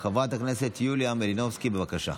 חברת הכנסת יוליה מלינובסקי, בבקשה.